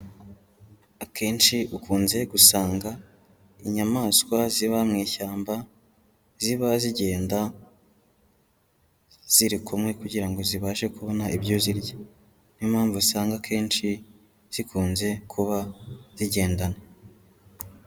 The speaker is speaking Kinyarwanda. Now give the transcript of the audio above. Akenshi ukunze gusanga inyamaswa ziba mu ishyamba ziba zigenda ziri kumwe kugira ngo zibashe kubona ibyo zirya, ni yo mpamvu usanga akenshi zikunze kuba zigendana.